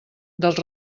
dels